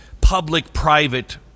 public-private